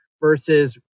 versus